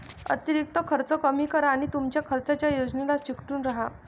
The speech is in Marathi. अतिरिक्त खर्च कमी करा आणि तुमच्या खर्चाच्या योजनेला चिकटून राहा